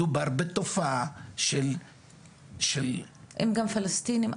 מדובר בתופעה --- הם גם פלסטינים.